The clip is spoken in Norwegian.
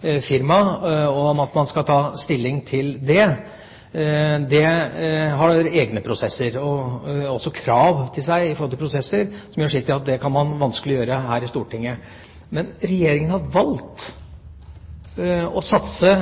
det egne prosesser som gjør sitt til at det kan man vanskelig gjøre her i Stortinget. Men Regjeringa har valgt å satse